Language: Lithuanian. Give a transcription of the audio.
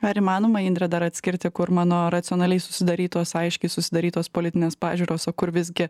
ar įmanoma indre dar atskirti kur mano racionaliai susidarytos aiškiai susidarytos politinės pažiūros o kur visgi